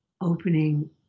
opening